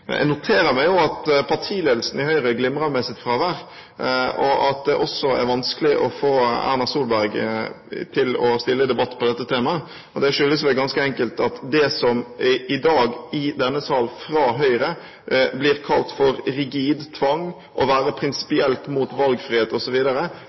Jeg noterer meg jo at partiledelsen i Høyre glimrer med sitt fravær, og at det også er vanskelig å få Erna Solberg til å stille til debatt om dette temaet. Det skyldes vel ganske enkelt at det som i dag i denne sal fra Høyre blir kalt for rigid tvang og å være